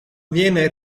viene